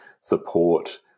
support